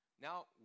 Now